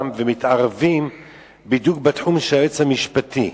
ומתערבים בדיוק בתחום של היועץ המשפטי.